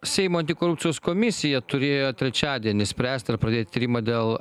seimo antikorupcijos komisija turėjo trečiadienį spręst ar pradėt tyrimą dėl